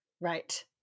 Right